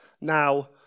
now